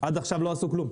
עד עכשיו לא עשו כלום,